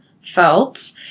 felt